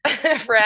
friend